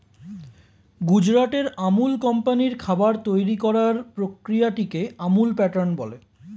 গুজরাটের আমুল কোম্পানির খাবার তৈরি করার প্রক্রিয়াটিকে আমুল প্যাটার্ন বলে